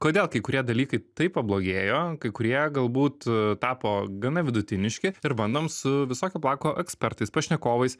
kodėl kai kurie dalykai taip pablogėjo kai kurie galbūt tapo gana vidutiniški ir bandom su visokio plauko ekspertais pašnekovais